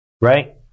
right